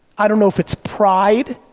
i don't know if it's pride,